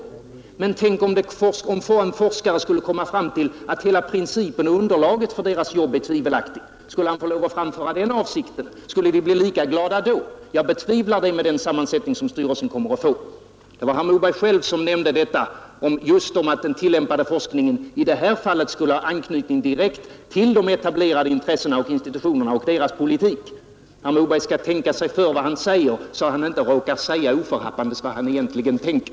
Men tänk om en sådan forskare skulle komma fram till att hela principen och hela underlaget för hans jobb är tvivelaktigt, skulle han då få lov att framföra den åsikten? Och skulle ni då bli lika glada? Jag betvivlar det, med den sammansättning som styrelsen kommer att få. Sedan var det herr Moberg själv som nämnde att den tillämpade forskningen i detta fall skulle ha anknytning direkt till de etablerade intressena och institutionerna och till deras politik. Herr Moberg skall tänka på vad han säger, så att han inte oförhappandes råkar säga vad han egentligen tänker.